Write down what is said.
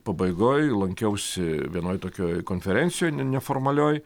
pabaigoj lankiausi vienoj tokioj konferencijoj n neformalioj